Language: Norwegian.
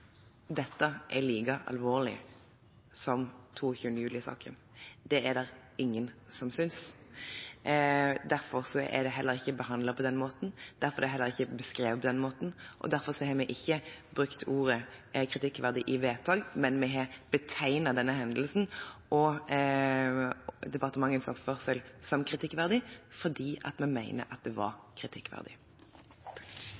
dette er like alvorlig som 22. juli-saken. Det er det ingen som synes. Derfor er det heller ikke behandlet på den måten, derfor er det heller ikke beskrevet på den måten, og derfor har vi heller ikke brukt ordet «kritikkverdig» i vedtaket, men vi har betegnet denne hendelsen og departementets oppførsel som kritikkverdig, fordi vi mener det var